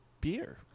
beer